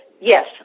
yes